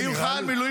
אם הוא חייל מילואים,